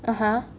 ah !huh!